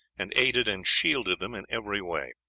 and aided and shielded them in every way.